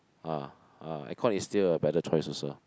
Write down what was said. ah ah aircon is still a better choice also